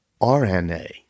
RNA